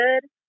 good